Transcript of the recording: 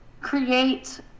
create